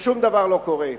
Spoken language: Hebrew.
ושום דבר לא קורה.